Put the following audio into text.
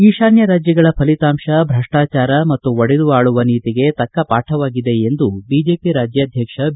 ಈಶಾನ್ಯ ರಾಜ್ಯಗಳ ಫಲಿತಾಂಶ ಭೃಷ್ಟಾಚಾರ ಮತ್ತು ಒಡೆದು ಆಳುವ ನೀತಿಗೆ ತಕ್ಕ ಪಾಠವಾಗಿದೆ ಎಂದು ಬಿಜೆಪಿ ರಾಜ್ಯಾಧ್ಯಕ್ಷ ಬಿ